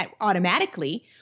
automatically